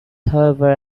however